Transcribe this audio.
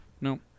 no